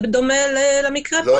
זאת לא רפורמה גדולה.